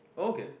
okay